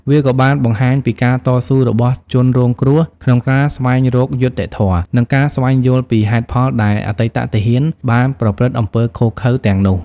វាក៏បានបង្ហាញពីការតស៊ូរបស់ជនរងគ្រោះក្នុងការស្វែងរកយុត្តិធម៌ និងការស្វែងយល់ពីហេតុផលដែលអតីតទាហានបានប្រព្រឹត្តអំពើឃោរឃៅទាំងនោះ។